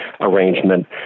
arrangement